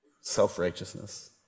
self-righteousness